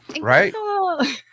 Right